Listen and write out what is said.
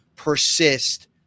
persist